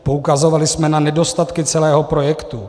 Poukazovali jsme na nedostatky celého projektu.